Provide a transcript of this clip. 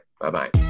Bye-bye